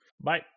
Bye